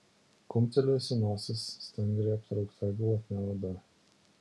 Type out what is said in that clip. kumptelėjusi nosis stangriai aptraukta glotnia oda